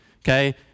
okay